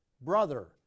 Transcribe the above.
brother